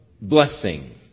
blessing